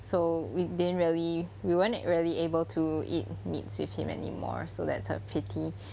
so we didn't really we weren't really able to eat meats with him anymore so that's a pity